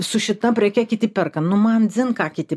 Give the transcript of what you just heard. su šita preke kiti perka nu man dzin ką kiti